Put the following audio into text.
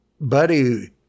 buddy